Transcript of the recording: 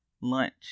lunch